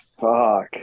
Fuck